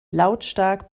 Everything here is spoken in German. lautstark